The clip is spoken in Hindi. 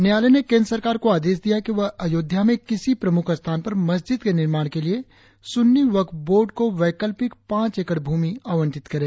न्यायालय ने केंद्र सरकार को आदेश दिया कि वह अयोध्या में किसी प्रमुख स्थान पर मस्जिद के निर्माण के लिए सुन्नी वक्फ बोर्ड को वैकल्पिक पांच एकड़ भूमि आवंटित करें